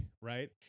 right